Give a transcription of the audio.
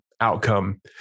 outcome